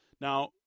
Now